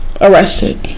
arrested